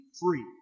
free